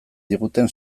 diguten